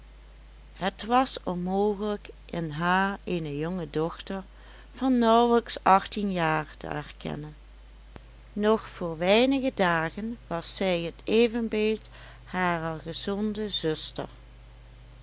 het was onmogelijk in haar eene jonge dochter van nauwelijks achttien jaar te herkennen nog voor weinige dagen was zij het evenbeeld harer gezonde zuster